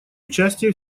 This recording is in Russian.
участие